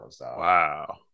Wow